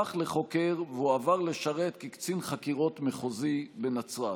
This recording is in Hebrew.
הפך לחוקר והועבר לשרת כקצין חקירות מחוזי בנצרת.